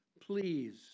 please